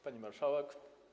Pani Marszałek!